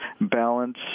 balance